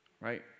right